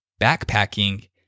backpacking